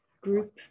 group